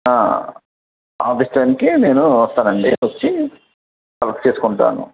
office టైంకి నేనూ వస్తానండి వచ్చి కలక్ట్ చేసుకుంటాను